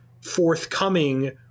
forthcoming